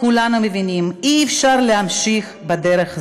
כולנו מבינים: אי-אפשר להמשיך בדרך הזאת.